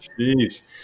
Jeez